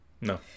No